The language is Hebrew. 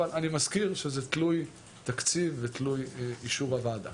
אבל אני מזכיר שזה תלוי תקציב ותלוי אישור הוועדה.